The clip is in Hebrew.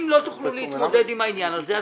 אם לא תוכלו להתמודד עם העניין הזה,